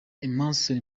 emmerson